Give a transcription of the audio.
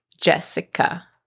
Jessica